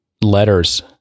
letters